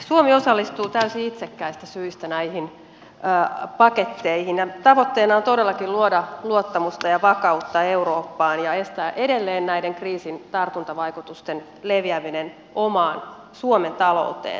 suomi osallistuu täysin itsekkäistä syistä näihin paketteihin ja tavoitteena on todellakin luoda luottamusta ja vakautta eurooppaan ja estää edelleen näiden kriisin tartuntavaikutusten leviäminen omaan suomen talouteen